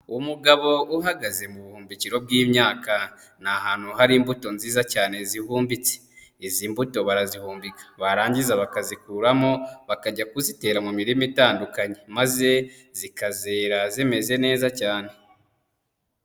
Umugabo uhagaze mu buhumbukiro bw'imyaka, ni ahantu hari imbuto nziza cyane zihumbitse, izi mbuto barazihumbika, barangiza bakazikuramo bakajya kuzitera mu mirima itandukanye, maze zikazera zimeze neza cyane.